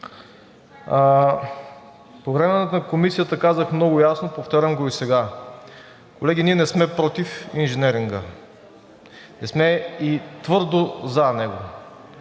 По време на Комисията казах много ясно, повтарям го и сега. Колеги, ние не сме против инженеринга, не сме и твърдо за него.